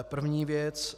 První věc.